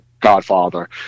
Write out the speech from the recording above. Godfather